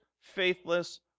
faithless